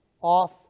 off